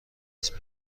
اسم